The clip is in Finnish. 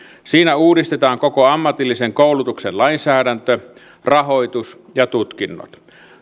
siinä uudistetaan koko ammatillisen koulutuksen lainsäädäntö rahoitus ja tutkinnot